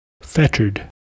Fettered